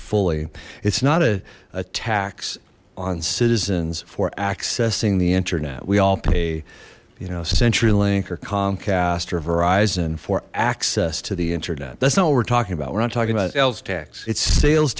fully it's not a tax on citizens for accessing the internet we all pay you know centurylink or comcast or verizon for access to the internet that's not what we're talking about we're not talking about elves tax its sales